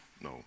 no